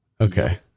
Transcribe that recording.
Okay